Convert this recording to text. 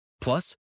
plus